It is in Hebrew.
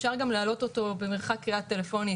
אפשר גם להעלות אותו במרחק קריאה טלפונית,